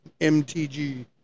MTG